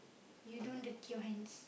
you don't dirty your hands